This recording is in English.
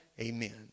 Amen